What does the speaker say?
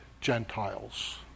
Gentiles